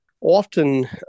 often